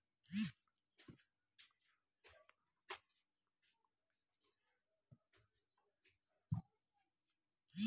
Starbucks आ ब्लुटोकाइ सेहो coffee केर नामी ब्रांड छै